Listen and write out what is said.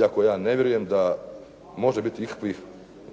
iako ja ne vjerujem da može biti ikakvih,